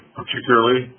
particularly